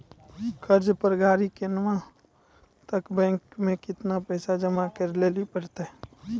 कर्जा पर गाड़ी किनबै तऽ बैंक मे केतना पैसा जमा करे लेली पड़त?